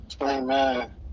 Amen